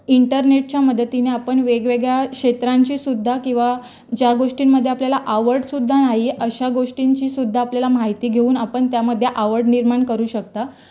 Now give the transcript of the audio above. इंटरनेटच्या मदतीने आपण वेगवेगळ्या क्षेत्रांचीसुद्धा किंवा ज्या गोष्टींमध्ये आपल्याला आवडसुद्धा नाही अश्या गोष्टींचीसुद्धा आपल्याला माहिती घेऊन आपण त्यामध्ये आवड निर्माण करू शकता